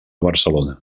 barcelona